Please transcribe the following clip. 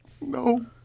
No